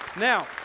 Now